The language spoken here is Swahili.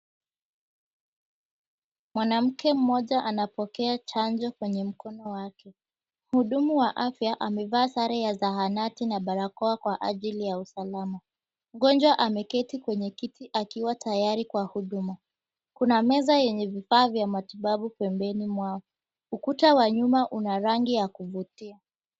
Mwanamke mmoja anapokea chanjo kwenye mkono wake. Mhudumu wa afya amevaa sare ya zahanati na barakoa kwa ajili ya usalama. Mgonjwa ameketi kwenye kiti akiwa tayari kwa huduma, kuna meza yenye vifaa vya matibabu pembeni mwao. Ukuta wa nyuma una rangi ya kuvutia.